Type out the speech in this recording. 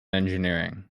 engineering